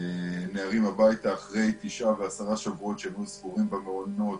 נערים הביתה אחרי תשעה-עשרה שבועות שהם היו סגורים במעונות